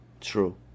True